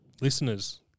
listeners